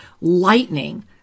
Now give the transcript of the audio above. lightning